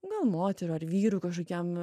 gal moterų ar vyrų kažkokiam